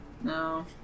No